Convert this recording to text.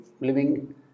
living